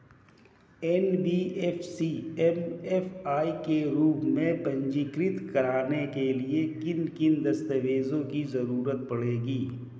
NBFC MFI के रूप में पंजीकृत कराने के लिए किन किन दस्तावेजों की जरूरत पड़ेगी?